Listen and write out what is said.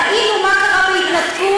ראינו מה קרה בהתנתקות.